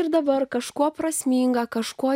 ir dabar kažko prasminga kažko